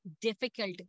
difficult